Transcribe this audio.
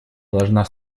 должна